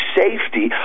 safety